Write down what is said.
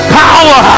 power